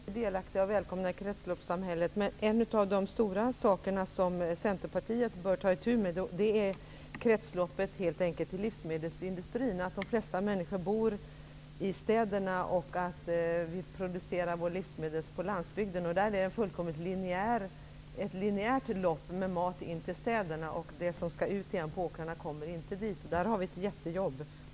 Herr talman! Vi känner oss alla välkomna och delaktiga i kretsloppssamhället. Men en av de stora saker som Centerpartiet bör ta itu med är kretsloppet inom livsmedelsindustrin. De flesta människor bor i städer, medan vi producerar våra livsmedel på landsbygden. Det är ett fullkomligt linjärt lopp med mat in till städerna, medan det som skall ut igen på åkrarna inte kommer dit. Där har vi ett jättejobb.